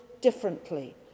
differently